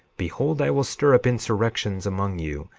behold i will stir up insurrections among you,